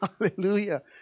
Hallelujah